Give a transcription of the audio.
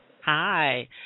Hi